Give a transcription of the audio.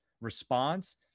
response